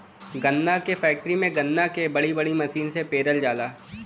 गन्ना क फैक्ट्री में गन्ना के बड़ी बड़ी मसीन से पेरल जाला